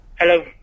Hello